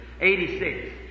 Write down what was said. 86